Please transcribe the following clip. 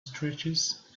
stretches